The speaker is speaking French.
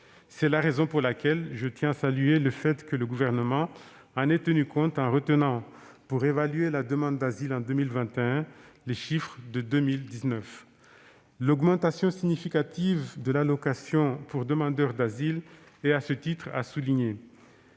C'est la raison pour laquelle je tiens à saluer le fait que le Gouvernement en ait tenu compte, en retenant, pour évaluer la demande d'asile en 2021, les chiffres de 2019. L'augmentation significative de l'allocation pour demandeur d'asile est, à ce titre, à souligner.